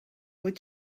would